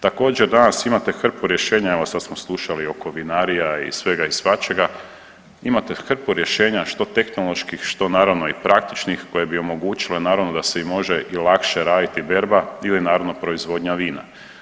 Također danas imate hrpu rješenja, evo sad smo slušali oko vinarija i svega i svačega, imate hrpu rješenja što tehnoloških, što naravno i praktičnih koje bi omogućile naravno da se i može i lakše raditi berba ili naravno proizvodnja vina.